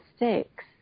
mistakes